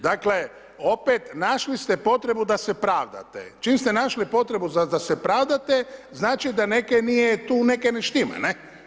Dakle, opet, našli ste potrebu da se pravdate, čim ste našli potrebu za da se pravdate znači da nejak nije tu nekaj ne štima ne.